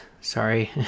Sorry